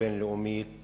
הבין-לאומית